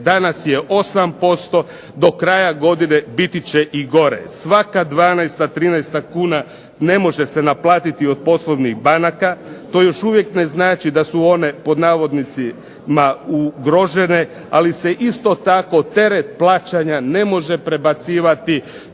danas je 8% do kraja godine biti će i gore. Svaka 12-ta, 13-ta kuna ne može se naplatiti od poslovnih banaka. To još uvijek ne znači da su one "ugrožene" ali se isto tako teret plaćanja ne može prebacivati